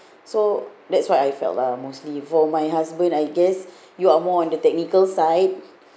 so that's what I felt lah mostly for my husband I guess you are more on the technical side